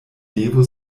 devo